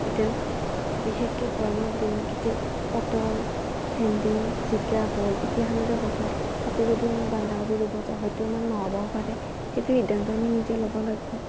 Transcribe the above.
ইতেন বিশেষকৈ গৰমৰ দিনকেইটাত পটল ভেন্দি জিকা ভোল এইগ্লাখানৰে বতৰ তাতে যদি আমি বান্ধাকবি ৰুব যাওঁ হয়তো আমাৰ নহ'বাও পাৰে সেইটো সিদ্ধান্ত আমি নিজে ল'ব লাগিব